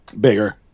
bigger